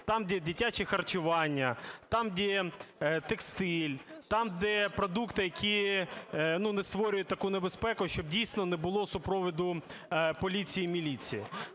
(там, де дитяче харчування, там, де текстиль, там, де продукти, які не створюють таку небезпеку), щоб дійсно не було супроводу поліції (міліції).